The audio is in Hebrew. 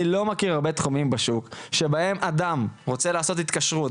אני לא מכיר הרבה תחומים בשוק שבהם אדם רוצה לעשות התקשרות,